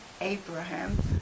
Abraham